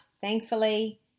thankfully